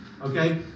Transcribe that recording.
Okay